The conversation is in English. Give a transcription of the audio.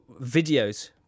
videos